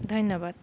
ধন্যবাদ